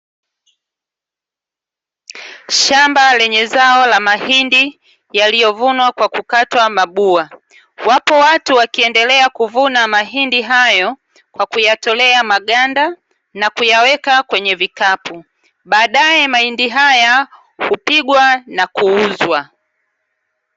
Shamba lenye zao la mahindi yaliovunwa kwa kukatwa mabua. Wapo watu wakiendelea kuvuna mahindi hayo kwa kuyatolea maganda na kuyaweka kwenye vikapu. Baadaye mahindi haya hupigwa na kuuzwa.